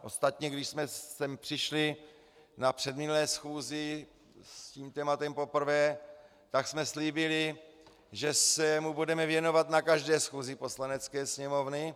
Ostatně když jsme sem přišli na předminulé schůzi s tímto tématem poprvé, tak jsme slíbili, že se mu budeme věnovat na každé schůzi Poslanecké sněmovny.